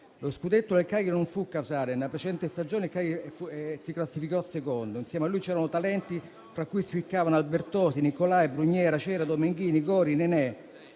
Lo scudetto del Cagliari non fu casuale. Nella precedente stagione il Cagliari si classificò secondo. Insieme a lui c'erano altri talenti, fra cui spiccavano Albertosi, Niccolai, Brugnera, Cera, Domenghini, Gori, Nenè.